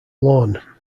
lorne